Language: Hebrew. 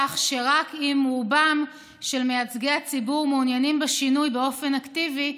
שרק אם רוב מייצגי הציבור מעוניינים בשינוי באופן אקטיבי,